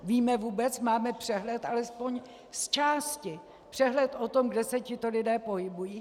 Víme vůbec, máme přehled alespoň zčásti, přehled o tom, kde se tito lidé pohybují?